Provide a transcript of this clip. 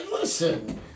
Listen